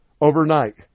Overnight